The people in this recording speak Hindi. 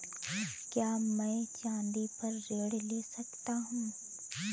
क्या मैं चाँदी पर ऋण ले सकता हूँ?